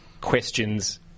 questions